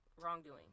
wrongdoing